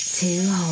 Two